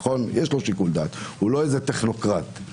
הוא לא טכנוקרט,